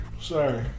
Sorry